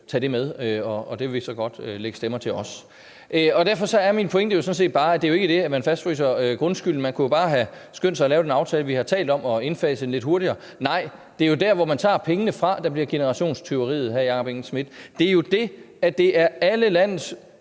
tage det med, og det vil vi så godt også lægge stemmer til. Derfor er min pointe jo sådan set bare, at det jo ikke er det, at man fastfryser grundskylden, man kunne jo bare have skyndt sig at lave den aftale, vi har talt om, og indfase den lidt hurtigere. Nej, det er jo dér, hvor man tager pengene fra, at generationstyveriet sker, vil jeg sige til hr. Jakob Engel-Schmidt. Det er jo det, at det er fra alle landets